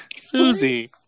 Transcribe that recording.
Susie